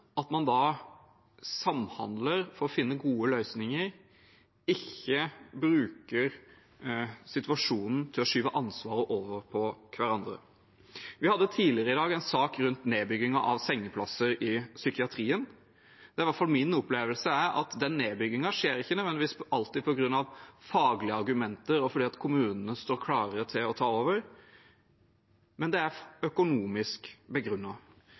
at man samhandler for å finne gode løsninger, og ikke bruker situasjonen til å skyve ansvaret over på hverandre. Vi hadde tidligere i dag en sak rundt nedbyggingen av sengeplasser i psykiatrien. Det er i hvert fall min opplevelse at den nedbyggingen ikke nødvendigvis alltid skjer på grunn av faglige argumenter og fordi kommunene står klare til å ta over, men at det er økonomisk